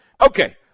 Okay